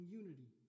unity